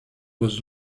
was